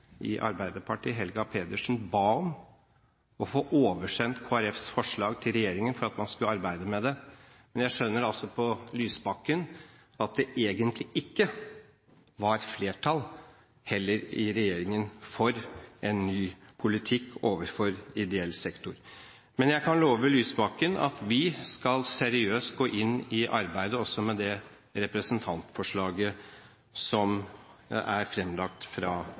i Arbeiderpartiet, Helga Pedersen, ba om å få oversendt Kristelig Folkepartis forslag til regjeringen for at man skulle arbeide med det. Jeg skjønner altså på Lysbakken at det egentlig heller ikke var flertall i regjeringen for en ny politikk overfor ideell sektor, men jeg kan love Lysbakken at vi seriøst skal gå inn i arbeidet også med det representantforslaget som er fremlagt fra